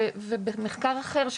ובמחקר אחר,